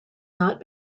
not